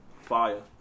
Fire